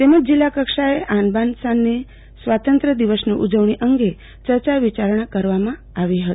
તેમજ જિલ્લા કક્ષાની એ આન બાન શાનથી સ્વાતંત્ર્ય પર્વની ઉજવણી અંગે ચર્ચા વિચારણા કરવામાં આવી હતી